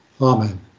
Amen